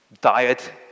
diet